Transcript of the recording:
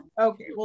Okay